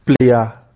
player